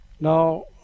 Now